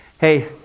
hey